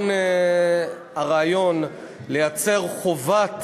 הרעיון לייצר חובת